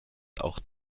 auch